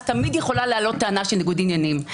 אז תמיד יכולה לעלות טענה של ניגוד עניינים.